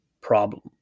problem